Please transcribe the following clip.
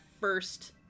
first